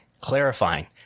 clarifying